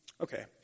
Okay